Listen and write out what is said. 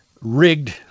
rigged